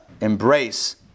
embrace